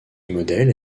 modèle